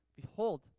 Behold